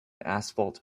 asphalt